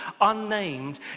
unnamed